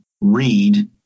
read